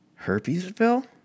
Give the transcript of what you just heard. Herpesville